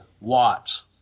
Watts